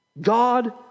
God